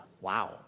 Wow